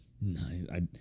Nice